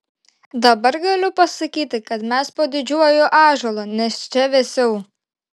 dabar galiu pasakyti kad mes po didžiuoju ąžuolu nes čia vėsiau